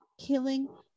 killing